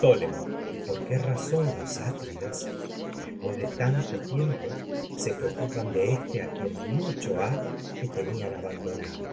tanto y por qué razón los atridas después de tiempo se preocupan éste a quien mucho ha que tenían abandonado